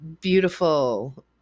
beautiful